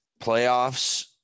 playoffs